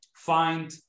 find